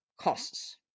costs